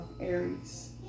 Aries